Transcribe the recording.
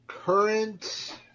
Current